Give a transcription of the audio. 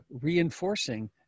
reinforcing